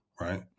Right